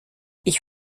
ich